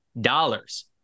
dollars